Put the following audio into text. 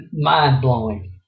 Mind-blowing